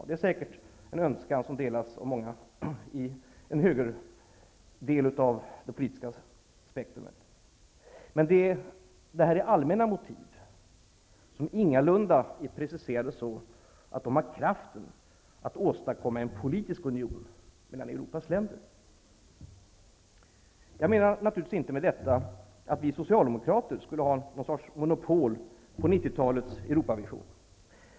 Det är säkert en önskan som delas av många i högerdelen av det politiska spektrumet. Men det är allmänna motiv som ingalunda är preciserade så att de har kraften att åstadkomma en politisk union mellan Europas länder. Jag menar naturligtvis inte med detta att vi socialdemokrater skulle ha monopol på 1990-talets Europavision.